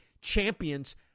champions